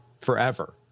forever